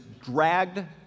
dragged